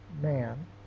man